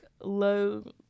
low